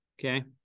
Okay